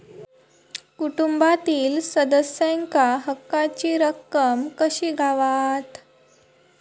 कुटुंबातील सदस्यांका हक्काची रक्कम कशी गावात?